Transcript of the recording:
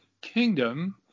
kingdom